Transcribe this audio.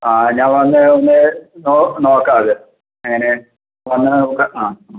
ആ ഞാൻ വന്ന് ഒന്ന് നോ നോക്കാം അത് എങ്ങനെ വന്ന് നോക്കാം ആ